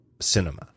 cinema